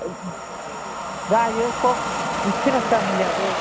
औ जायो सब फेरासथामुलियाबो